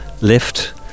lift